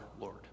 Lord